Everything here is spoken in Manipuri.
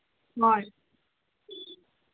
ꯍꯣꯏ